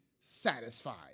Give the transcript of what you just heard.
satisfied